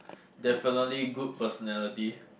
definitely good personality